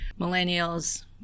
millennials